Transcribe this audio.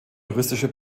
juristische